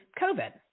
COVID